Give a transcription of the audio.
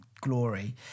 glory